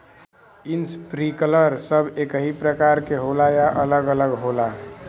Sprinkler सब एकही प्रकार के होला या अलग अलग होला?